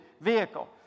vehicle